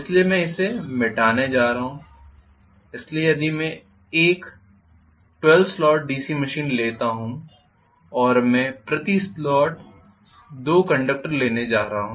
इसलिए मैं इसे मिटाने जा रहा हूं इसलिए यदि मैं एक 12 स्लॉट डीसी मशीन लेता हूं और मैं प्रति स्लॉट 2 कंडक्टर लेने जा रहा हूं